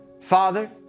Father